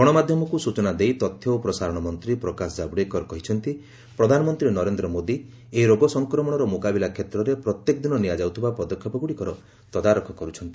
ଗଣମାଧ୍ୟମକୁ ସ୍ବଚନା ଦେଇ ତଥ୍ୟ ଓ ପ୍ରସାରଣ ମନ୍ତ୍ରୀ ପ୍ରକାଶ ଜାବ୍ଡେକର କହିଛନ୍ତି ପ୍ରଧାନମନ୍ତ୍ରୀ ନରେନ୍ଦ୍ର ମୋଦି ଏହି ରୋଗ ସଂକ୍ରମଣର ମ୍ରକାବିଲା କ୍ଷେତ୍ରରେ ପ୍ରତ୍ୟେକ ଦିନ ନିଆଯାଉଥିବା ପଦକ୍ଷେପଗ୍ରଡ଼ିକର ତଦାରଖ କର୍ତ୍ଥନ୍ତି